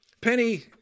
Penny